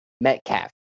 Metcalf